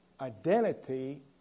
identity